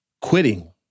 quitting